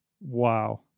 wow